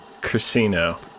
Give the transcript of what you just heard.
Casino